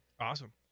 awesome